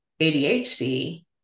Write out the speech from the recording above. ADHD